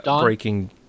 Breaking